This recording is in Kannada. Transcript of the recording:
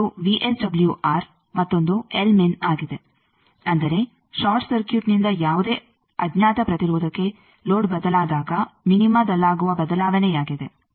ಒಂದು ವಿಎಸ್ಡಬ್ಲ್ಯೂಆರ್ ಮತ್ತೊಂದು ಆಗಿದೆ ಅಂದರೆ ಷಾರ್ಟ್ ಸರ್ಕ್ಯೂಟ್ನಿಂದ ಯಾವುದೇ ಅಜ್ಞಾತ ಪ್ರತಿರೋಧಕ್ಕೆ ಲೋಡ್ ಬದಲಾದಾಗ ಮಿನಿಮದಲ್ಲಾಗುವ ಬದಲಾವಣೆಯಾಗಿದೆ